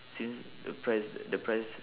since the price the price